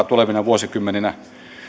tulevina vuosikymmeninä